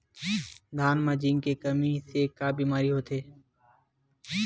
धान म जिंक के कमी से का बीमारी होथे?